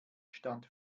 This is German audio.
stand